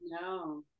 No